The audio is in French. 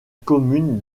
commune